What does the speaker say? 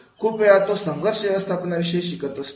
खूप वेळ तो संघर्ष व्यवस्थापनाविषयी शिकत असतो